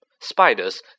Spiders